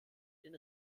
den